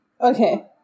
Okay